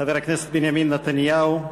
חבר הכנסת בנימין נתניהו,